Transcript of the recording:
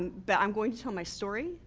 and but i'm going to tell my story,